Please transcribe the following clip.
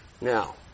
Now